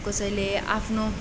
कसैले आफ्नो